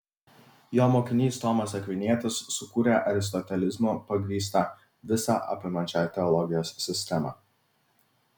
jo mokinys tomas akvinietis sukūrė aristotelizmu pagrįstą visa apimančią teologijos sistemą